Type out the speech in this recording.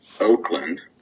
Oakland